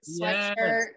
sweatshirt